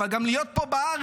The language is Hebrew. אבל גם להיות פה בארץ.